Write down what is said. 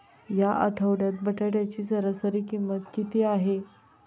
या आठवड्यात बटाट्याची सरासरी किंमत किती आहे?